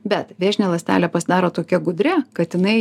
bet vėžinė ląstelė pasidaro tokia gudri kad jinai